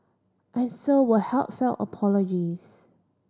and so were heartfelt apologies